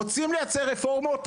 רוצים לייצר רפורמות?